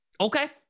Okay